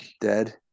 dead